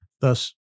Thus